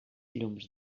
llums